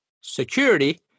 security